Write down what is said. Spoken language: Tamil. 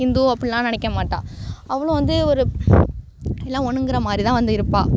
ஹிந்து அப்படிலாம் நினக்க மாட்டாள் அவளும் வந்து ஒரு எல்லாம் ஒன்றுங்கிற மாதிரிதான் வந்து இருப்பாள்